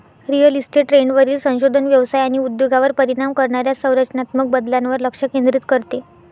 real estate ट्रेंडवरील संशोधन व्यवसाय आणि उद्योगावर परिणाम करणाऱ्या संरचनात्मक बदलांवर लक्ष केंद्रित करते